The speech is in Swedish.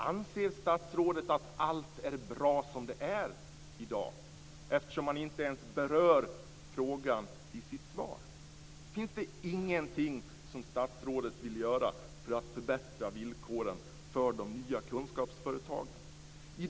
Anser statsrådet att allt är bra som det är i dag, eftersom han inte ens berör frågan i sitt svar?